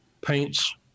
paints